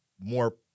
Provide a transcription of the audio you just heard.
more